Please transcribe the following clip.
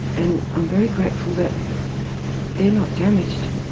and i'm very grateful that they are not damaged.